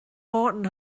haughton